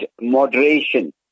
moderation